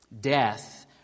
Death